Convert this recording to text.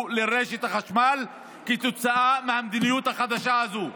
לרשת החשמל כתוצאה מהמדיניות החדשה הזו.